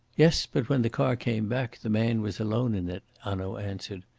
yes, but when the car came back, the man was alone in it, hanaud answered.